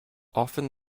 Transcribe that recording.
often